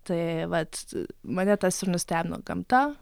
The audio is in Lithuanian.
tai vat mane tas ir nustebino gamta